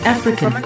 African